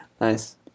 Nice